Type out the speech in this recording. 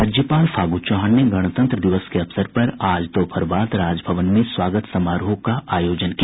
राज्यपाल फागू चौहान ने गणतंत्र दिवस के अवसर पर आज दोपहर बाद राजभवन में स्वागत समारोह का आयोजन किया